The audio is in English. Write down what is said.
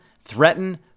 threaten